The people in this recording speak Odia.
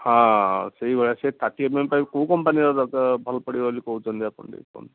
ହଁ ସେହିଭଳିଆ ସେ ଥାର୍ଟି ଏମ ଏମ ପାଇପ କେଉଁ କମ୍ପାନୀର ଭଲ ପଡ଼ିବ ବୋଲି କହୁଛନ୍ତି ଆପଣ ଟିକେ କୁହନ୍ତୁ